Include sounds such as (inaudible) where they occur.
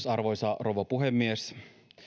(unintelligible) arvoisa rouva puhemies